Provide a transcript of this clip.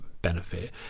benefit